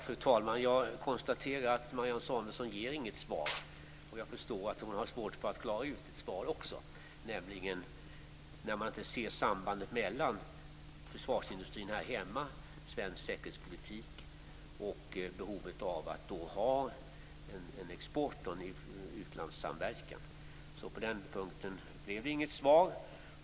Fru talman! Jag konstaterar att Marianne Samuelsson inte ger något svar. Jag förstår också att hon ha svårt att klara ut ett svar. När man inte ser sambanden mellan försvarsindustrin här hemma, svensk säkerhetspolitik och behovet av en export och en utlandssamverkan. På den punkten blev det inget svar.